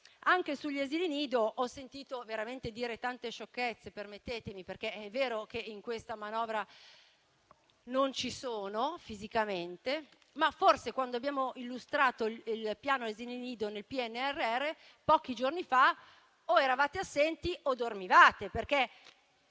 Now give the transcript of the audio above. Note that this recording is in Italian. Anche sugli asili nido ho sentito veramente dire tante sciocchezze. Permettetemi di dirlo, perché è vero che in questa manovra non ci sono fisicamente, ma forse quando pochi giorni fa abbiamo illustrato il piano asili nido nel PNRR o eravate assenti o dormivate, perché